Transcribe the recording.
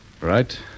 Right